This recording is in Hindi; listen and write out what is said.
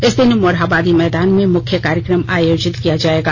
इस दिन मोरहाबादी मैदान में मुख्य कार्यक्रम आयोजित किया जायेगा